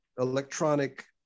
electronic